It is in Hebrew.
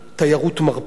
תיירות מרפא,